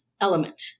element